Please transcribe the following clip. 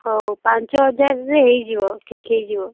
ହଉ ପାଞ୍ଚ ହଜାରରେ ହେଇଯିବ ଠିକ ହେଇଯିବ